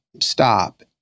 stop